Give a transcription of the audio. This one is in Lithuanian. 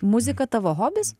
muzika tavo hobis